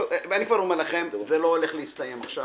כבר אומר לכם, זה לא הולך להסתיים עכשיו.